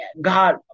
God